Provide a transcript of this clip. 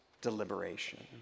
deliberation